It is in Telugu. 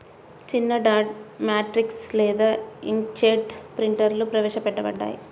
చిన్నడాట్ మ్యాట్రిక్స్ లేదా ఇంక్జెట్ ప్రింటర్లుప్రవేశపెట్టబడ్డాయి